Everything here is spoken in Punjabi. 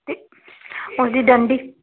ਅਤੇ ਉਹਦੀ ਡੰਡੀ